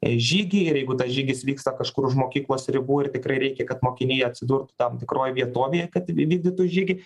žygį ir jeigu tas žygis vyksta kažkur už mokyklos ribų ir tikrai reikia kad mokiniai atsidurtų tam tikroj vietovėje kad įvykdytų žygį